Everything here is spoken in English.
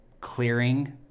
clearing